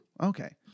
Okay